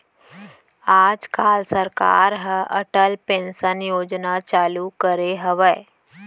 आज काल सरकार ह अटल पेंसन योजना चालू करे हवय